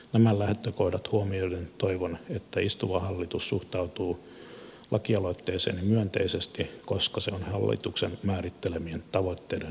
nämä lähtökohdat huomioiden toivon että istuva hallitus suhtautuu lakialoitteeseeni myönteisesti koska se on hallituksen määrittelemien tavoitteiden mukainen